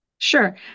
Sure